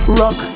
rock